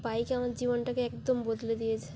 bike আমার জীবনটাকে একদম বদলে দিয়েছে